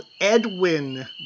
Edwin